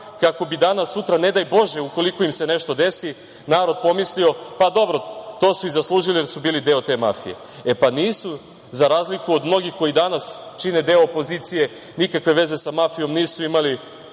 kako bi danas-sutra, ne daj Bože, ukoliko im se nešto desi, narod pomislio „pa dobro, to su i zaslužili jer su bili deo te mafije“. E pa nisu, za razliku od mnogih koji danas čine deo opozicije, nikakve veze sa mafijom nisu imali